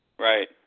Right